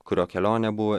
kurio kelionė buvo